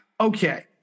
Okay